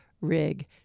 rig